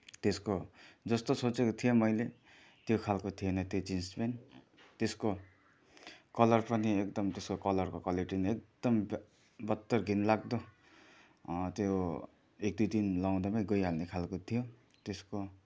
त्यसको जस्तो सोचेको थिएँ मैले त्योखालको थिएन त्यो जिन्स प्यान्ट त्यसको कलर पनि एकदम त्यसको कलरको क्वालिटी पनि एकदम बत्तर घिनलाग्दो त्यो एक दुईदिन लाउँदैमा गइहाल्ने खालको थियो त्यसको